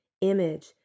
image